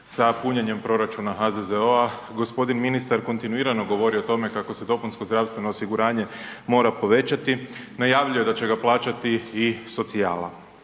sa punjenjem proračuna HZZO-a. Gospodin ministar kontinuirano govori o tome kako se dopunsko zdravstveno osiguranje mora povećati, najavljuje da će ga plaćati i socijala.